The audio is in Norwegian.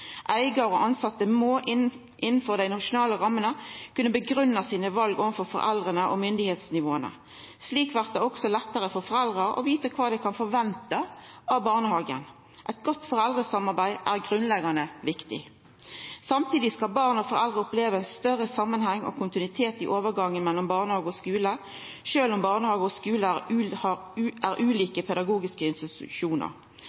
Eigar og tilsette må, innanfor dei nasjonale rammene, kunna grunngi vala sine overfor foreldra og myndigheitsnivåa. Slik blir det også lettare for foreldra å vita kva dei kan venta av barnehagen. Eit godt foreldresamarbeid er grunnleggjande viktig. Samtidig skal barn og foreldre oppleva ein større samanheng og kontinuitet i overgangen mellom barnehage og skule, sjølv om barnehage og skule er ulike pedagogiske institusjonar. Utsette barn er